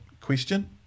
question